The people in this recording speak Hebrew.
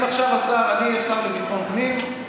אם עכשיו אני השר לביטחון הפנים,